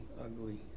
ugly